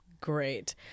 great